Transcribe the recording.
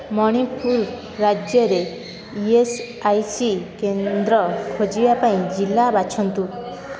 ମଣିପୁର ରାଜ୍ୟରେ E S I C କେନ୍ଦ୍ର ଖୋଜିବା ପାଇଁ ଜିଲ୍ଲା ବାଛନ୍ତୁ